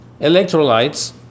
Electrolytes